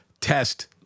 test